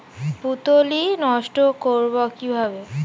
পুত্তলি নষ্ট করব কিভাবে?